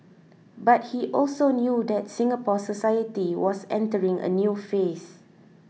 but he also knew that Singapore society was entering a new phase